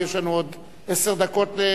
כי יש לנו עוד עשר דקות.